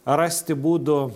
rasti būdų